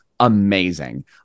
amazing